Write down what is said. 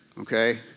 Okay